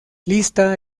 lista